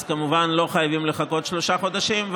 כמובן לא חייבים לחכות שלושה חודשים,